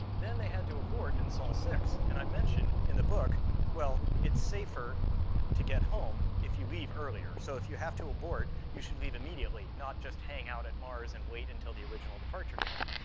then they had to abort in and sol six. and i mention in the book well, it's safer to get home if you leave earlier. so, if you have to abort, you should leave immediately, not just hang out at mars and wait until the original departure time.